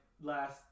last